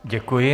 Děkuji.